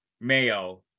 mayo